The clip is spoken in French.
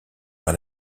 par